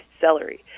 celery